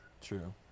true